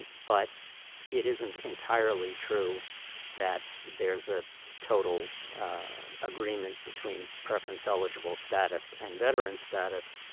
but it isn't entirely true that there's a total agreement between preference eligible status and veteran status.